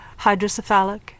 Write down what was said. hydrocephalic